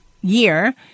year